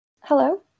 Hello